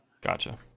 Gotcha